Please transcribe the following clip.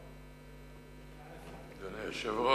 אדוני היושב-ראש,